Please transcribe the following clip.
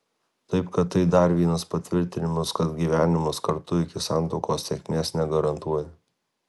taip kad tai dar vienas patvirtinimas kad gyvenimas kartu iki santuokos sėkmės negarantuoja